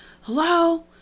hello